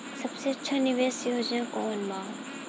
सबसे अच्छा निवेस योजना कोवन बा?